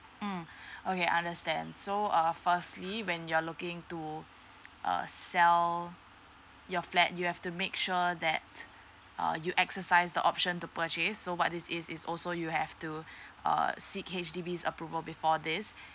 mm okay understand so uh firstly when you are looking to uh sell your flat you have to make sure that uh you exercise the option to purchase so what this is is also you have to err seek H_D_B approval before this